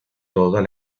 todas